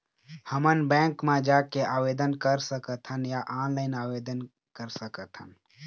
हमन बैंक मा जाके आवेदन कर सकथन या ऑनलाइन आवेदन कर सकथन?